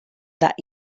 that